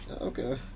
Okay